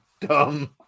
dumb